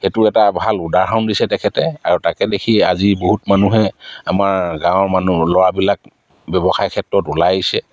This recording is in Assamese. সেইটো এটা ভাল উদাহৰণ দিছে তেখেতে আৰু তাকে দেখি আজি বহুত মানুহে আমাৰ গাঁৱৰ মানুহ ল'ৰাবিলাক ব্যৱসায় ক্ষেত্ৰত ওলাই আহিছে